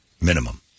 Minimum